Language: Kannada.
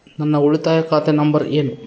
ನನ್ನ ಉಳಿತಾಯ ಖಾತೆ ನಂಬರ್ ಏನು?